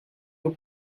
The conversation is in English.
your